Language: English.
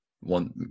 one